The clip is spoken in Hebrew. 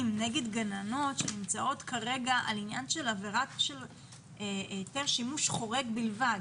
נגד גננות שנמצאות כרגע בעניין של עבירה על היתר שימוש חורג בלבד.